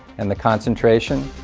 and the concentration,